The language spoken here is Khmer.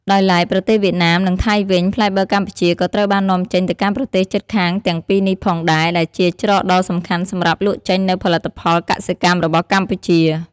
ដោយឡែក ប្រទេសវៀតណាម និងថៃវិញ ផ្លែបឺរកម្ពុជាក៏ត្រូវបាននាំចេញទៅកាន់ប្រទេសជិតខាងទាំងពីរនេះផងដែរ ដែលជាច្រកដ៏សំខាន់សម្រាប់លក់ចេញនូវផលិតផលកសិកម្មរបស់កម្ពុជា។